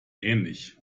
ähnlich